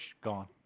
gone